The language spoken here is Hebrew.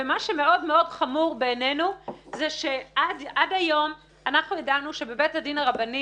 ומה שמאוד-מאוד חמור בעינינו זה שעד היום אנחנו ידענו שבבית הדין הרבני